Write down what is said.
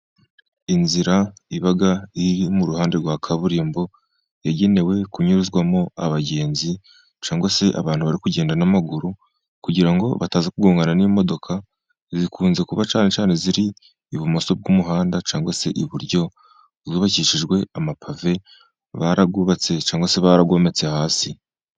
Inzira iba iri mu ruhande rwa kaburimbo, yagenewe kunyuzwamo abagenzi, cyangwa se abantu bari kugenda n'amaguru, kugira ngo bataza kugongana n'imodoka, zikunze kuba cyane cyane ziri ibumoso bw'umuhanda cyangwa se iburyo, zubakishijwe amapave, barayubatse cyangwa se barayometse hasi.